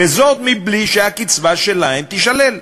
וזאת מבלי שהקצבה שלהם תישלל.